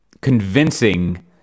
convincing